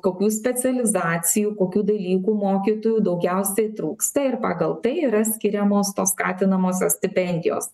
kokių specializacijų kokių dalykų mokytojų daugiausiai trūksta ir pagal tai yra skiriamos tos skatinamosios stipendijos